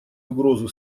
угрозу